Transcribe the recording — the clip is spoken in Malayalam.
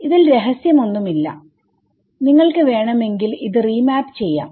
ഇതിൽ രഹസ്യം ഒന്നുമില്ല നിങ്ങൾക്ക് വേണമെങ്കിൽ ഇത് റീമാപ് ചെയ്യാം